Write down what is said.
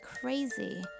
crazy